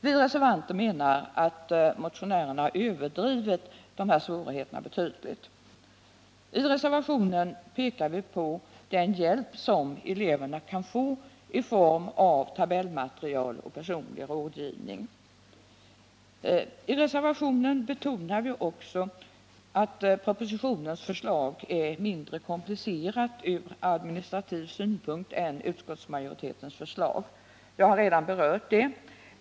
Vi reservanter menar att motionärerna har överdrivit dessa svårigheter betydligt. I reservationen pekar vi på den hjälp som eleverna kan få i form av tabellmaterial och personlig rådgivning. Vi betonar också att propositionens förslag är mindre komplicerat från administrativ synpunkt än utskottsmajoritetens förslag. Jag har redan berört detta.